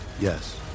Yes